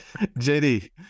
JD